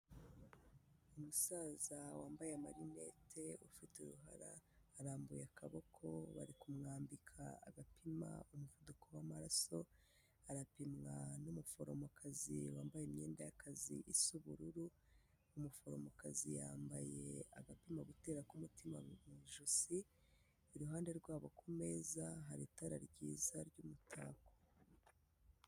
Umusaza wambaye amarinette ufite uruhara arambuye akaboko bari kumwambika agapima umuvuduko w'amaraso, arapimwa n'umuforomokazi wambaye imyenda y'akazi isa ubururu, umuforomokazi yambaye agatima gutera k'umutima mu ijosi, iruhande rwabo ku meza hari itara ryiza ry'umutako.